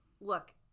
Look